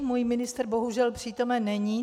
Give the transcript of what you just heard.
Můj ministr bohužel přítomen není.